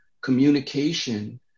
communication